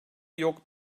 yok